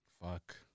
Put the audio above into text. Fuck